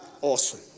Awesome